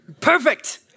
Perfect